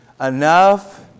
enough